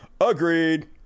Agreed